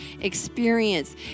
experience